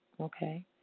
Okay